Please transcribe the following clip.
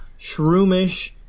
Shroomish